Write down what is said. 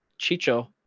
Chicho